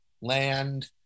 land